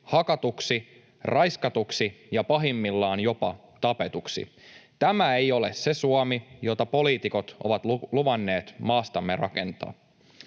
hakatuksi, raiskatuksi ja pahimmillaan jopa tapetuksi. Tämä ei ole se Suomi, jota poliitikot ovat luvanneet maastamme rakentaa.